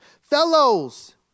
fellows